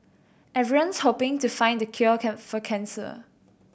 everyone's hoping to find the cure can for cancer